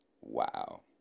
Wow